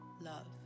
Love